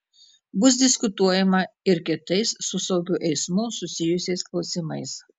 bus diskutuojama ir kitais su saugiu eismu susijusiais klausimais